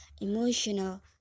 emotional